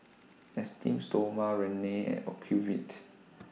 Esteem Stoma Rene and Ocuvite